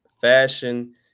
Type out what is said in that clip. fashion